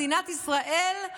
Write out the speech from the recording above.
מדינת ישראל,